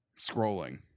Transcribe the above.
Scrolling